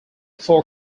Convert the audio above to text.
four